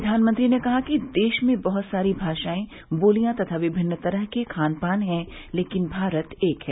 प्रधानमंत्री ने कहा कि देश में बहुत सारी भाषाएं बोलियां तथा विभिन्न तरह के खान पान हैं लेकिन भारत एक है